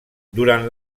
durant